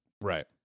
right